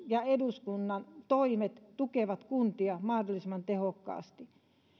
ja eduskunnan toimet tukevat kuntia mahdollisimman tehokkaasti